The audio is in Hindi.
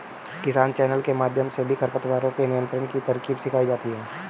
किसान चैनल के माध्यम से भी खरपतवारों के नियंत्रण की तरकीब सिखाई जाती है